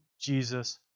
Jesus